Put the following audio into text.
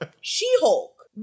She-Hulk